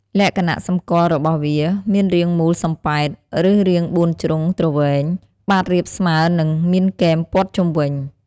លក្ខណៈសម្គាល់របស់វា មានរាងមូលសំប៉ែត ឬរាងបួនជ្រុងទ្រវែង បាតរាបស្មើ និងមានគែមព័ទ្ធជុំវិញ។